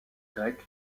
grec